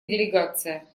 делегация